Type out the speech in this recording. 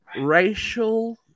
racial